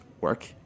work